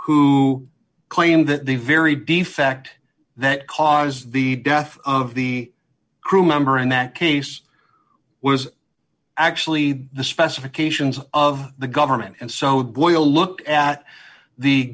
who claimed that the very defect that cause the death of the crew member in that case was actually the specifications of the government and so doyle look at the